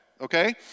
okay